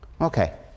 Okay